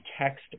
text